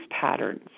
patterns